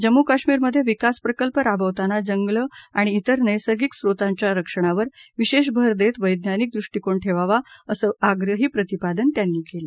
जम्मू कश्मीरमधे विकास प्रकल्प राबवताना जंगलं आणि तिर नैसर्गिक स्रोतांच्या रक्षणावर विशेष भर देत वैज्ञानिक दृष्टीकोन ठेवावा असं आप्रही प्रतिपादन त्यांनी केलं